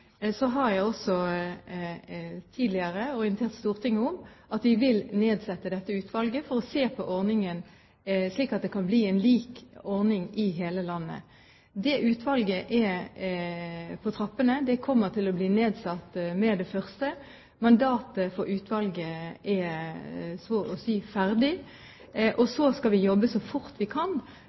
har jeg også tidligere orientert Stortinget om at vi vil nedsette dette utvalget for å se på ordningen, slik at det kan bli en lik ordning i hele landet. Det utvalget er på trappene. Det kommer til å bli nedsatt med det første. Mandatet for utvalget er så å si ferdig. Så skal vi jobbe så fort vi kan